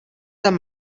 tam